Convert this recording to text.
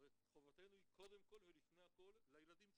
הרי חובתנו היא קודם כל ולפני הכול לילדים שלנו.